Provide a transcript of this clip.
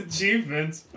Achievements